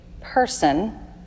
person